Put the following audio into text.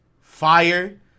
fire